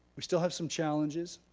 we still have some challenges,